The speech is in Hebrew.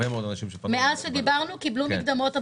מאז שדיברנו קיבלו מקדמות.